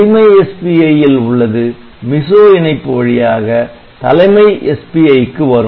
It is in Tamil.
அடிமை SPI ல் உள்ளது MISO இணைப்பு வழியாக தலைமை SPI க்கு வரும்